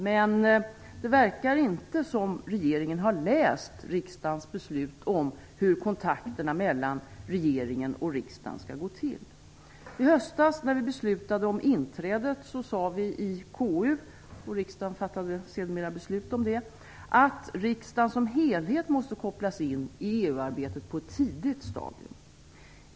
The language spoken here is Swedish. Men det verkar inte som regeringen har läst riksdagens beslut om hur kontakterna mellan regeringen och riksdagen skall gå till I höstas när riksdagen beslutade om inträdet sade vi i KU, och riksdagen fattade sedermera beslut om det, att riksdagen som helhet måste kopplas in i EU arbetet på ett tidigt stadium.